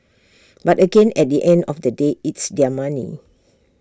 but again at the end of the day it's their money